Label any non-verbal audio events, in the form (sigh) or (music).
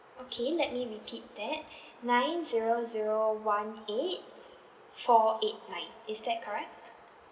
okay let me repeat that (breath) nine zero zero one eight four eight nine is that correct